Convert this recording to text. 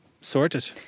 sorted